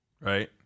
Right